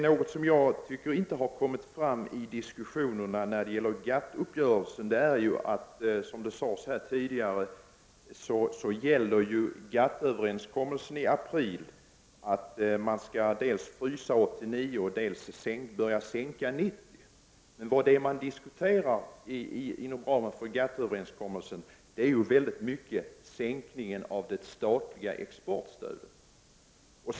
Något som jag tycker inte har kommit fram i diskussionerna när det gäller GATT-uppgörelsen är att man, som det sades tidigare, enligt GATT-överenskommelsen i april skall börja dels frysa, dels sänka jordbruksstödet 1990. Vad man diskuterar inom ramen för GATT-överenskommelsen är i mycket hög grad sänkningar av det statliga exportstödet.